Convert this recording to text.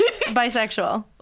bisexual